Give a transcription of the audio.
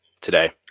today